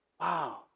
Wow